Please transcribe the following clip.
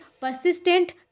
persistent